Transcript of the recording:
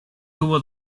tuvo